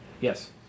Yes